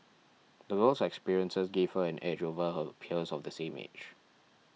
the girl's experiences gave her an edge over her peers of the same age